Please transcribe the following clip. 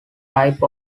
type